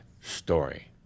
story